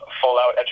full-out